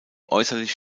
äußerlich